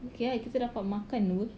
okay ah kita dapat makan apa